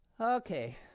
Okay